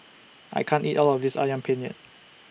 I can't eat All of This Ayam Penyet